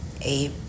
eight